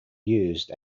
used